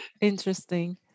Interesting